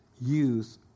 use